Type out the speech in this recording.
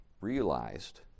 realized